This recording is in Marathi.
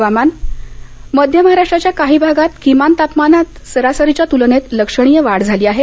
हवामान मध्य महाराष्ट्राच्या काही भागात किमान तापमानात सरासरीच्या तुलनेत लक्षणीय वाढ झाली आहे